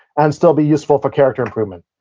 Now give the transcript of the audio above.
and still be useful for character improvement.